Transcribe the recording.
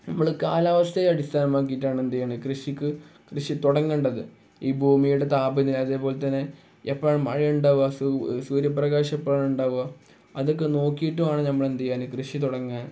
നമ്മൾ കാലാവസ്ഥയെ അടിസ്ഥാനമാക്കിയിട്ടാണ് എന്തു ചെയ്യുന്നത് കൃഷിക്ക് കൃഷി തുടങ്ങേണ്ടത് ഈ ഭൂമിയുടെ താപനില അതേപോലെ തന്നെ എപ്പോഴാണ് മഴയുണ്ടാവുക സൂര്യപ്രകാശം എപ്പോഴാണ് ഉണ്ടാവുക അതൊക്കെ നോക്കിയിട്ടുമാണ് നമ്മൾ എന്തു ചെയ്യുകയാണ് കൃഷി തുടങ്ങാൻ